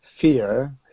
fear